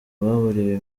baburiwe